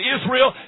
Israel